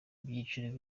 ibyiciro